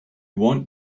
want